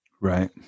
Right